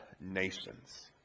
nations